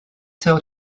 til